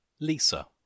Lisa